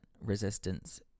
resistance